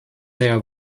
their